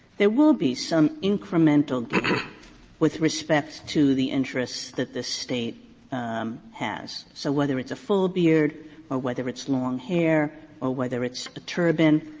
there will be some incremental gain with respect to the interests that this state has. so whether it's a full beard or whether it's long hair or whether it's a turban,